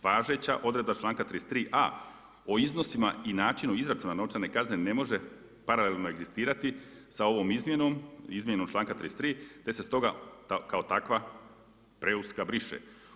Važeća odredba članka 33a. o iznosima i načinu izračuna novčane kazne ne može paralelno egzistirati sa ovom izmjenom, izmjenom članka 33. te se stoga kao takva preuska briše.